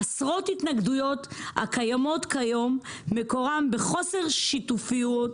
עשרות התנגדויות הקיימות כיום מקורן בחוסר שיתופיות,